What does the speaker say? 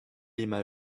emañ